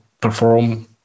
perform